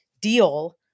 deal